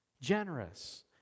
generous